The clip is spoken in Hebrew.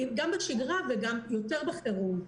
גם בשגרה אבל יותר בחירום.